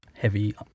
heavy